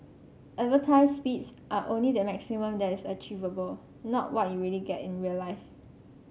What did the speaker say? advertised speeds are only the maximum that is achievable not what you really get in real life